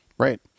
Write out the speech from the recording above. Right